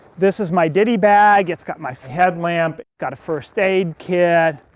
this is my diddy bag. it's got my headlamp, got a first aid kit.